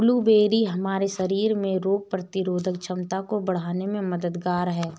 blueberry हमारे शरीर में रोग प्रतिरोधक क्षमता को बढ़ाने में मददगार है